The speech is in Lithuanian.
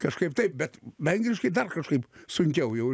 kažkaip taip bet vengriškai dar kažkaip sunkiau jau